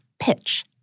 pitch